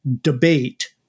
debate